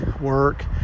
work